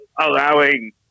allowing